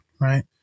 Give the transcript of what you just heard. right